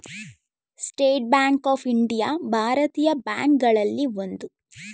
state Bank of India ಭಾರತೀಯ bank ಗಳಲ್ಲಿ ಒಂದು